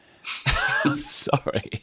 sorry